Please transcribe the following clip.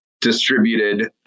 distributed